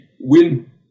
win